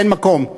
ואין מקום.